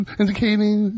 indicating